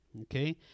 okay